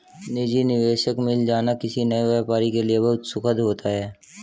निजी निवेशक मिल जाना किसी नए व्यापारी के लिए बहुत सुखद होता है